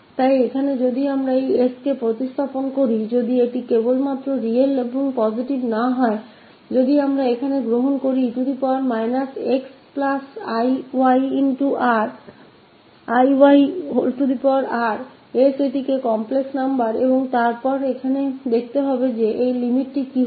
तो यहाँ यदि हम इस s को प्रतिस्थापित करते हैं यदि हम 𝑠 को न केवल रियल और पॉजिटिव लेते हैं यदि हम यहाँ 𝑒−𝑥𝑖𝑦𝑅 s को एक complex संख्या लेते हैं और फिर हम अब रुचि रखते हैं कि इस limit का क्या होगा